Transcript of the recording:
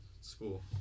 School